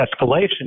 escalation